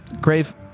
Grave